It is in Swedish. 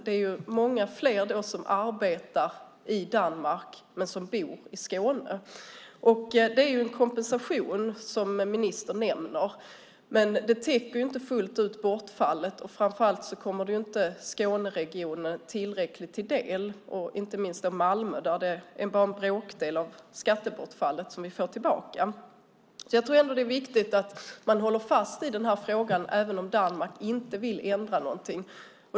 Det är många fler som arbetar i Danmark men som bor i Skåne. Det finns en kompensation, som ministern nämner. Men den täcker inte fullt ut bortfallet. Framför allt kommer det inte Skåneregionen tillräckligt mycket till del. Det gäller inte minst i Malmö där vi får tillbaka bara en bråkdel av skattebortfallet. Det är viktigt man håller fast i den här frågan även om Danmark inte vill ändra någonting.